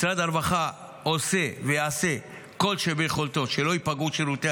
משרד הרווחה עושה ויעשה כל שביכולתו שלא ייפגעו שירותי